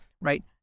Right